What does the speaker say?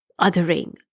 othering